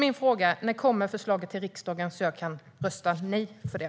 Min fråga är: När kommer förslaget till riksdagen, så att jag kan rösta nej till det?